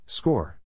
Score